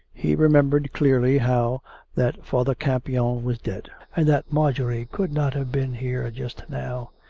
he remembered clearly how that father campion was dead, and that marjorie could not have been here just now.